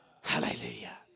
Hallelujah